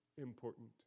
important